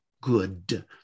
good